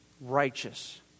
righteous